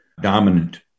dominant